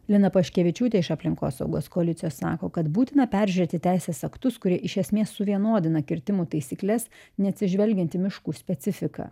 lina paškevičiūtė iš aplinkosaugos koalicijos sako kad būtina peržiūrėti teisės aktus kurie iš esmės suvienodina kirtimų taisykles neatsižvelgiant į miškų specifiką